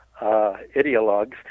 ideologues